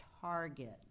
target